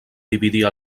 dividir